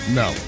no